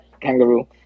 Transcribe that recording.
kangaroo